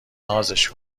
نازش